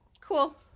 cool